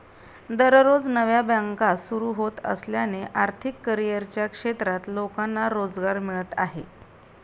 दररोज नव्या बँका सुरू होत असल्याने आर्थिक करिअरच्या क्षेत्रात लोकांना रोजगार मिळत आहे